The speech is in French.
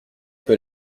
peu